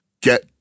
Get